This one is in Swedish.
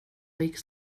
gick